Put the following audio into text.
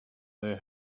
their